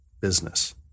business